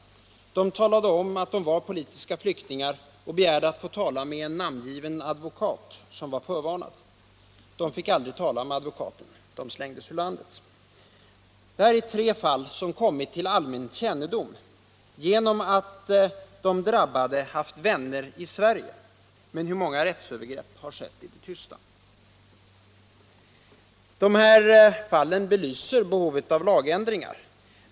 De talade om att de var politiska flyktingar och begärde att få tala med en namngiven advokat — som var förvarnad. De fick aldrig tala med advokaten. De slängdes ut ur landet. Det här är tre fall som kommit till allmän kännedom genom att de drabbade haft vänner i Sverige. Men hur många rättsövergrepp har skett i det tysta? Dessa tre fall belyser behovet av lagändringar.